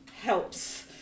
helps